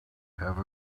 have